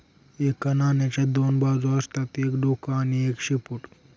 एका नाण्याच्या दोन बाजू असतात एक डोक आणि एक शेपूट